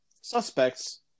suspects